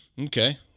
Okay